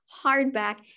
hardback